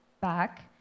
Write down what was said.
back